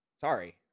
Sorry